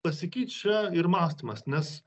pasikeičia ir mąstymas nes